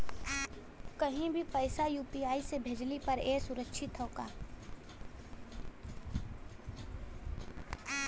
कहि भी पैसा यू.पी.आई से भेजली पर ए सुरक्षित हवे का?